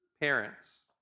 parents